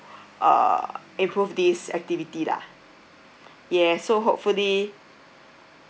uh improve this activity lah ya so hopefully